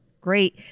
great